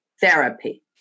therapy